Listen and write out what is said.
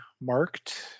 marked